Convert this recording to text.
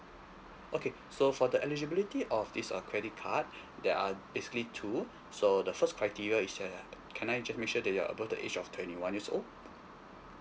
okay so for the eligibility of this uh credit card there are basically two so the first criteria is uh can I just make sure that you are above the age of twenty one years old